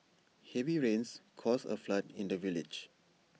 heavy rains caused A flood in the village